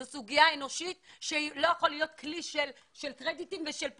זו סוגיה אנושית והיא לא יכולה להיות כלי של קרדיטים ושל פוליטיקה.